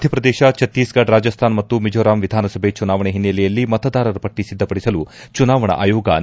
ಮಧ್ಯಪ್ರದೇಶ ಛತ್ತೀಸ್ಫಡ್ ರಾಜಸ್ನಾನ್ ಮತ್ತು ಮಿಜೋರಾಂ ವಿಧಾನಸಭೆ ಚುನಾವಣೆ ಹಿನ್ನೆಲೆಯಲ್ಲಿ ಮತದಾರರ ಪಟ್ಲ ಸಿದ್ದ ಪಡಿಸಲು ಚುನಾವಣಾ ಆಯೋಗ ನಿರ್ದೇಶನ